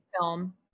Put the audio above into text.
film